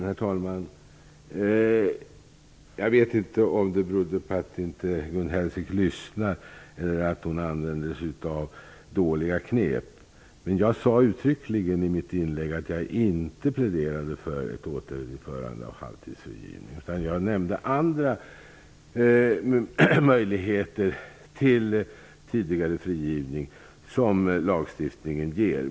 Herr talman! Jag vet inte om det beror på att inte Gun Hellsvik lyssnade eller på att hon använder sig av dåliga knep -- jag sade uttryckligen i mitt inlägg att jag inte pläderade för ett återinförande av halvtidsfrigivningen. Jag nämnde andra möjligheter till tidigare frigivning som lagstiftningen ger.